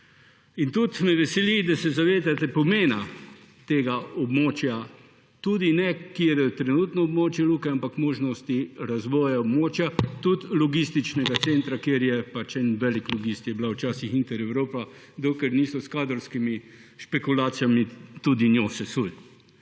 Tudi me veseli, da se zavedate pomena tega območja, ki je trenutno na območju luke, ampak možnosti razvoja območja, tudi logističnega centra, kjer je pač en velik logist bila včasih Intereuropa, dokler niso s kadrovskimi špekulacijami tudi njo sesuli.